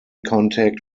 contact